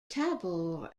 tabor